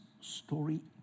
story